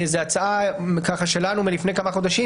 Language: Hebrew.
זו הצעה שלנו מלפני כמה חודשים,